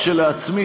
כשלעצמי,